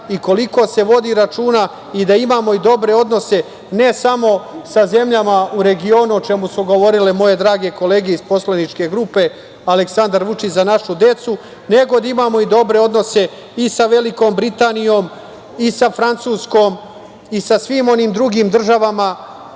i koliko se vodi računa i da imamo i dobre odnose ne samo sa zemljama u regionu, o čemu su govorile moje drage kolege iz poslaničke grupe Aleksandar Vučić – Za našu decu, nego da imamo i dobre odnose i sa Velikom Britanijom i sa Francuskom i sa svim onim drugim državama